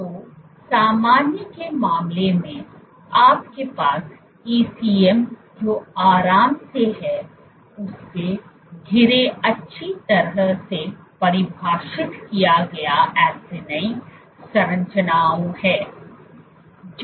तो सामान्य के मामले में आपके पास ECM जो आराम से है उससे घिरे अच्छी तरह से परिभाषित किया गया एसिनी संरचनाओं है